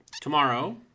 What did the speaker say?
Tomorrow